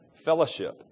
fellowship